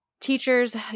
teachers